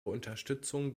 unterstützung